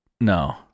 no